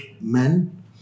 men